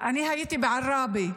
אני הייתי בעראבה.